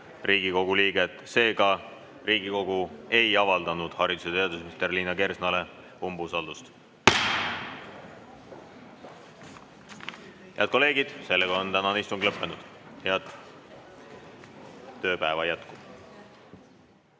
Riigikogu liiget. Riigikogu ei avaldanud haridus- ja teadusminister Liina Kersnale umbusaldust. Head kolleegid, sellega on tänane istung lõppenud. Head tööpäeva jätku!